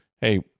hey